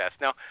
Now